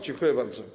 Dziękuję bardzo.